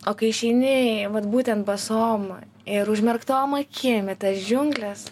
o kai išeini vat būtent basom ir užmerktom akim į tas džiungles